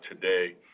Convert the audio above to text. today